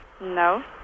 No